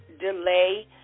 delay